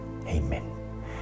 amen